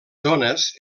zones